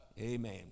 Amen